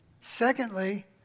Secondly